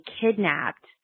kidnapped